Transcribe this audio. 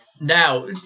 now